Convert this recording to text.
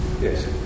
Yes